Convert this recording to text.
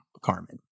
Carmen